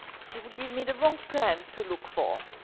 she will give me the wrong plant to look for.